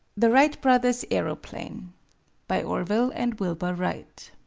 the wright brothers' aeroplane by orville and wilbur wright